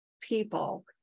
people